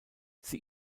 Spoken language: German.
sie